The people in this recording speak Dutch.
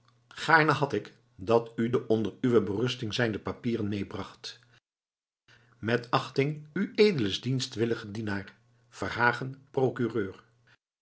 gaarne had ik dat u de onder uwe berusting zijnde papieren meebracht met achting ued dw dienaar verhagen procureur